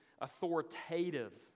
authoritative